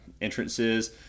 entrances